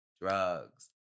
drugs